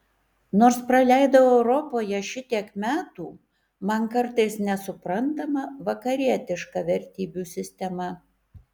nors praleidau europoje šitiek metų man kartais nesuprantama vakarietiška vertybių sistema